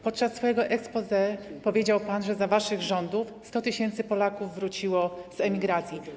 Podczas swojego exposé powiedział pan, że za waszych rządów 100 tys. Polaków wróciło z emigracji.